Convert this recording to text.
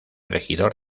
regidor